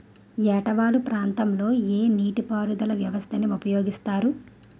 ఏట వాలు ప్రాంతం లొ ఏ నీటిపారుదల వ్యవస్థ ని ఉపయోగిస్తారు?